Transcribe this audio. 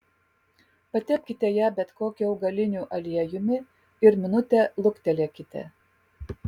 patepkite ją bet kokiu augaliniu aliejumi ir minutę luktelėkite